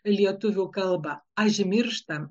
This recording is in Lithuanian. lietuvių kalbą ažmirštam